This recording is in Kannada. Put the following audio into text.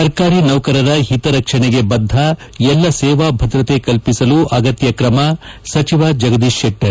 ಸರ್ಕಾರಿ ನೌಕರರ ಹಿತರಕ್ಷಣೆಗೆ ಬದ್ದ ಎಲ್ಲ ಸೇವಾ ಭದ್ರತಾ ಕಲ್ಪಿಸಲು ಅಗತ್ಯ ಕ್ರಮ ಸಚಿವ ಜಗದೀಶ ಶೆಟ್ವರ್